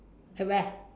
at where